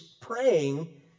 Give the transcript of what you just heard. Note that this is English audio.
praying